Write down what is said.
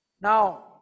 Now